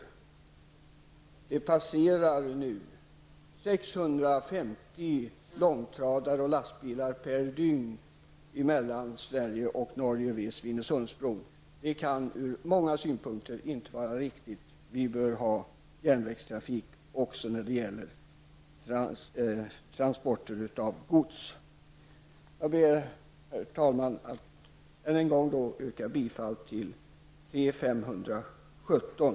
För närvarande passerar 650 lastbilar och långtradare per dygn över Svinesundsbron mellan Sverige och Norge. Det kan ur många synpunkter inte vara bra. Vi bör ha järnvägstrafik också för transporter av gods. Jag ber, herr talman, att än en gång få yrka bifall till motion T517.